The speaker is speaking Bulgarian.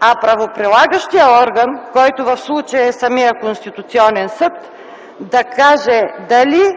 а правоприлагащият орган, който в случая е самият Конституционен съд, да каже дали